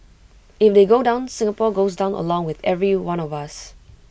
if they go down Singapore goes down along with every one of us